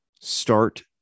start